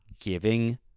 Giving